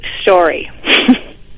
story